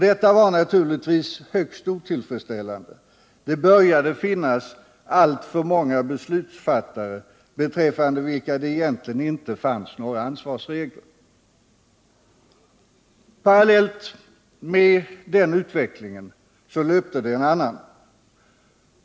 Detta var naturligtvis högst otillfredsställande. Det började finnas alltför många beslutsfattare beträffande vilka det egentligen inte fanns några ansvarsregler. Parallellt med denna utveckling löpte en annan.